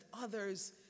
others